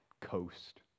coast